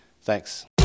Thanks